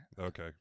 Okay